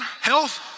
health